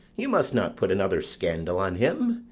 you must not put another scandal on him,